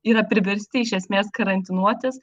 yra priversti iš esmės karantinuotis